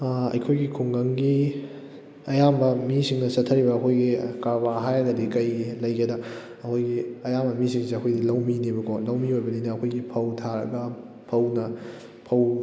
ꯑꯩꯈꯣꯏꯒꯤ ꯈꯨꯡꯒꯪꯒꯤ ꯑꯌꯥꯝꯕ ꯃꯤꯁꯤꯡꯅ ꯆꯠꯊꯔꯤꯕ ꯑꯩꯈꯣꯏꯒꯤ ꯀꯔꯕꯥꯔ ꯍꯥꯏꯔꯒꯗꯤ ꯀꯩ ꯂꯩꯒꯦꯗ ꯑꯩꯈꯣꯏꯒꯤ ꯑꯌꯥꯝꯕ ꯃꯤꯁꯤꯡꯁꯦ ꯑꯩꯈꯣꯏꯒꯤ ꯂꯧꯃꯤꯅꯦꯕꯀꯣ ꯂꯧꯃꯤ ꯑꯣꯏꯕꯅꯤꯅ ꯑꯩꯈꯣꯏꯒꯤ ꯐꯧ ꯊꯥꯔꯒ ꯐꯧꯅ ꯐꯧ